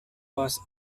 was